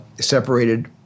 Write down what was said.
separated